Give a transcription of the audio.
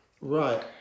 Right